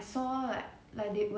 I want to have those kind